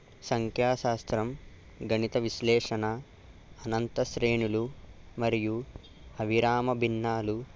సంఖ్యాశాస్త్రం గణిత విశ్లేషణ అనంత శ్రేణులు మరియు అవిరామ భిన్నాలు